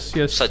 yes